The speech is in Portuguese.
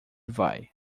vai